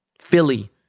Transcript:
Philly